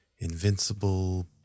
Invincible